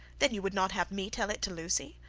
then you would not have me tell it to lucy,